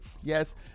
Yes